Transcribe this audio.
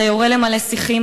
אתה יורה למלא שיחים,